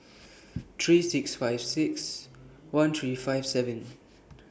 three six five six one three five seven